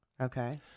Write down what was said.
Okay